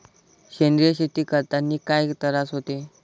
सेंद्रिय शेती करतांनी काय तरास होते?